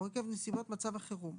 או עקב נסיבות מצב החירום,